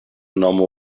nomo